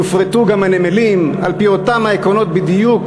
יופרטו גם הנמלים, על-פי אותם העקרונות בדיוק